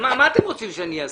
מה אתם רוצים שאני אעשה?